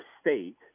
State